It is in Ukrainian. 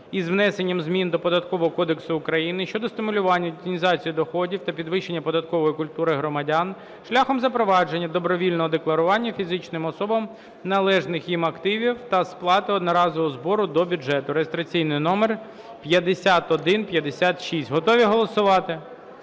кодексу України щодо стимулювання детінізації доходів та підвищення податкової культури громадян шляхом запровадження добровільного декларування фізичними особами належних їм активів та сплати одноразового збору до бюджету (реєстраційний номер 5156). Готові голосувати?